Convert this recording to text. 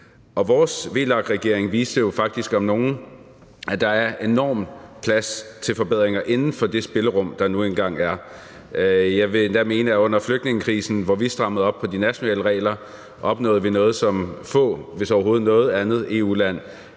Vores VLAK-regering viste jo faktisk om nogen, at der er enormt meget plads til forbedringer inden for det spillerum, der nu engang er. Jeg vil endda mene, at vi under flygtningekrisen, hvor vi strammede op på de nationale regler, opnåede noget, som få – hvis overhovedet noget andet EU-land